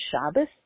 Shabbos